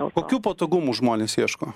o kokių patogumų žmonės ieško